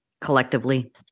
collectively